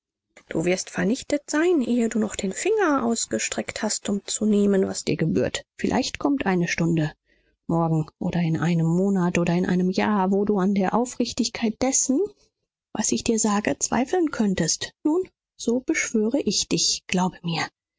du wirst vernichtet sein eh du noch den finger ausgestreckt hast um zu nehmen was dir gebührt vielleicht kommt eine stunde morgen oder in einem monat oder in einem jahr wo du an der aufrichtigkeit dessen was ich dir sage zweifeln könntest nun so beschwöre ich dich glaube mir